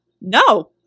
No